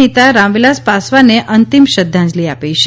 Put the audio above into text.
નેતા રામવિલાસ પાસવાનને અંતિમ શ્રદ્ધાંજલિ આપી છે